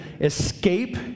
escape